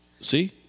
See